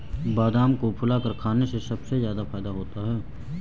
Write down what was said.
बादाम को फुलाकर खाने से सबसे ज्यादा फ़ायदा होता है